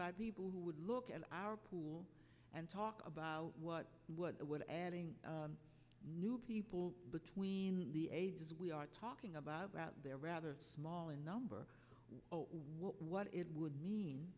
by people who would look at our pool and talk about what what would adding new people between the ages we are talking about about their rather small in number what it would mean